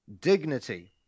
dignity